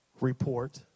report